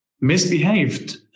misbehaved